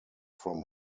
from